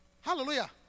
Hallelujah